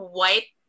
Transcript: white